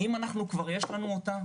אם כבר יש לנו אותה,